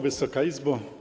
Wysoka Izbo!